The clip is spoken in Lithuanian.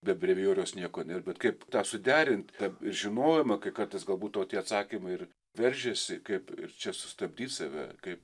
be brevijoriaus nieko nėr bet kaip tą suderint tą žinojimą kai kartais galbūt tie atsakymai ir veržiasi kaip ir čia sustabdyt save kaip